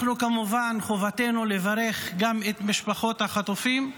אנחנו, כמובן, חובתנו לברך גם את משפחות החטופים,